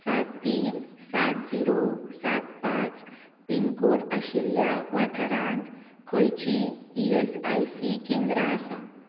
सात तीन सात जीरो सात पांच पिनकोड आशिल्ल्या वाठारांत खंयचींय ई एस आय सी केंद्रां आसात